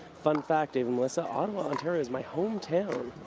fun fact, dave and melissa, ottawa, ontario is my hometown.